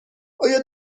آیا